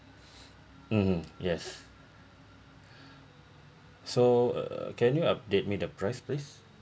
mm yes so uh can you update me the price please